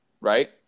right